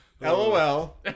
LOL